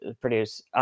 produce